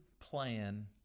plan